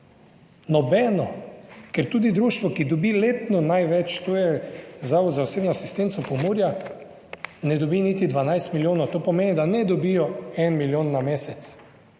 Nobeno, ker tudi društvo, ki dobi letno največ, to je Zavod za osebno asistenco Pomurja ne dobi niti 12 milijonov. To pomeni, da ne dobijo en milijon na mesec,